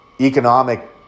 economic